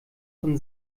von